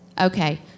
Okay